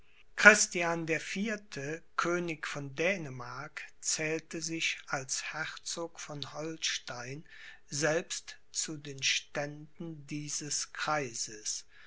christian der vierte könig von dänemark zählte sich als herzog von holstein selbst zu den ständen dieses kreises